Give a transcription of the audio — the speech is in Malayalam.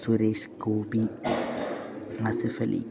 സുരേഷ് ഗോപി ആസിഫലി